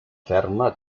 ferma